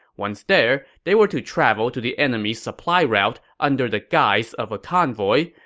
once there, they were to travel to the enemy's supply route under the guise of a convoy,